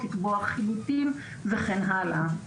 לקבוע חילוטים וכן הלאה.